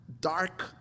dark